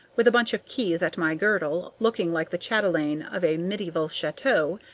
with a bunch of keys at my girdle, looking like the chatelaine of a medieval chateau,